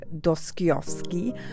Dostoevsky